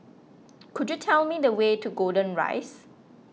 could you tell me the way to Golden Rise